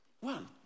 one